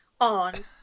on